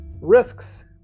risks